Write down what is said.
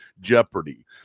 jeopardy